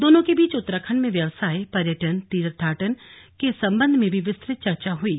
दोनों के बीच उत्तराखंड में व्यवसाय पर्यटन तीर्थाटन के संबंध में भी विस्तृत चर्चा हुयी